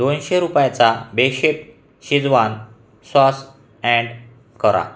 दोनशे रुपयाचा बेशेफ शिझवान सॉस ॲड करा